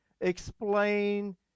explain